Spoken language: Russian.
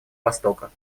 востока